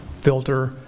filter